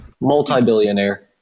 multi-billionaire